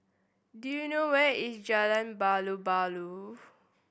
do you know where is Jalan